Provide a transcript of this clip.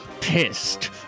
pissed